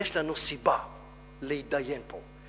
יש לנו סיבה להתדיין פה.